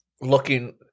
looking